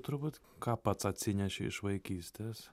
turbūt ką pats atsineši iš vaikystės